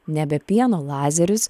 nebe pieno lazerius